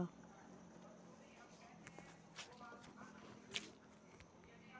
सरकार ह जब कोनो बड़का प्रोजेक्ट म कारज करथे ओ बेरा म जादा पूंजी के जरुरत पड़थे न भैइया